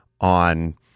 on